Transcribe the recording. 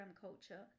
culture